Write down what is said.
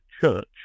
Church